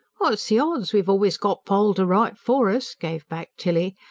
what's the odds! we've always got poll to write for us, gave back tilly,